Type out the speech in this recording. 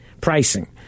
pricing